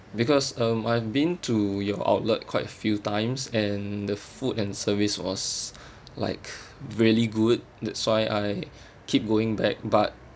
because um I've been to your outlet quite a few times and the food and service was like really good that's why I keep going back but